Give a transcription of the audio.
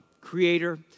creator